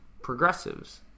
progressives